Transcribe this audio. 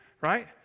right